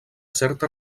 certa